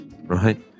Right